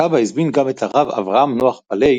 הסבא הזמין גם את הרב אברהם נח פאלי